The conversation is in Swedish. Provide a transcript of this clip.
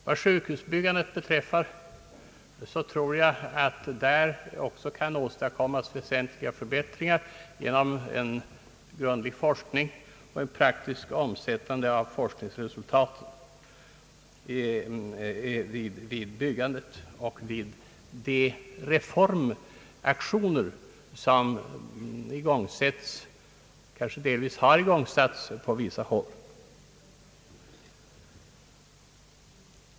Vad sjukhusbyggandet beträffar tror jag att även där kan åstadkommas väsentliga förbättringar genom en grundlig forskning och ett praktiskt omsättande av forskningsresultaten vid byggandet och vid de reformaktioner som igångsätts och kanske på vissa håll har igångsatts.